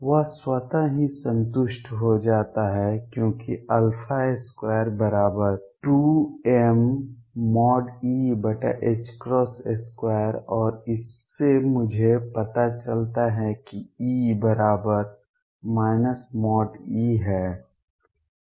यह स्वतः ही संतुष्ट हो जाता है क्योंकि 22mE2 और इससे मुझे पता चलता है कि E बराबर E है